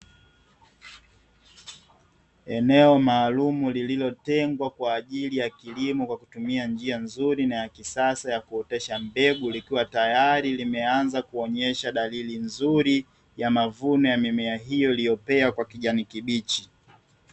Eneo maalumu lililotengwa kwaajili ya kilimo kwa kutumia njia nzuri na ya kisasa ya kuotesha mbegu, likiwa tayari limeanza kuonyesha dalili nzuri ya mavuno ya mimea hiyo iliyopea kwa kijani kibichi.